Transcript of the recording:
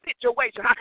situation